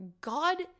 God